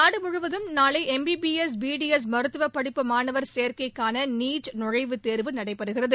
நாடு முழுவதும் நாளை எம்பிபிஎஸ் பிடிஎஸ் மருத்துவ படிப்பு மாணவர் சேர்க்கைக்கான நீட் நுழைவு தேர்வு நடைபெறுகிறது